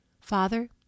Father